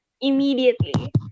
immediately